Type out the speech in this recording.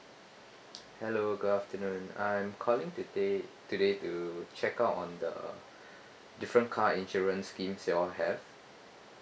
hello good afternoon I'm calling today today to check out on the different car insurance schemes you all have